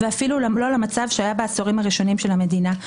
ואפילו לא למצב שהיה בעשורים הראשונים של המדינה.